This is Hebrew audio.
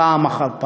פעם אחר פעם.